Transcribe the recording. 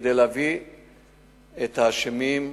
כדי להביא את האשמים לדין.